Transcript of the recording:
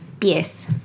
Pies